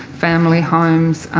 family homes,